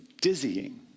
dizzying